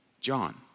John